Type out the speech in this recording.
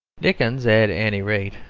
dickens, at any rate,